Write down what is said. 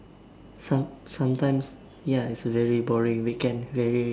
some~ sometimes ya it's a very boring weekend very